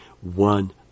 one